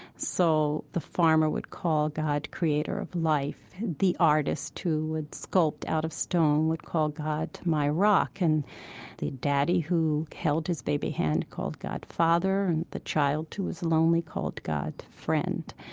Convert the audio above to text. so the farmer would call god, creator of life, the artist who would sculpt out of stone would call god, my rock, and the daddy who held his baby's hand called god, father, and the child who was lonely called god, friend,